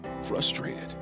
frustrated